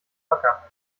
wacker